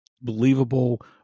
believable